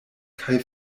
kaj